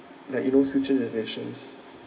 like you know future generations